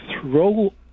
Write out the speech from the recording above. throw